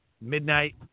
midnight